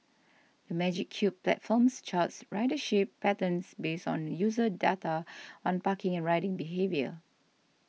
the Magic Cube platforms charts ridership patterns based on user data on parking and riding behaviour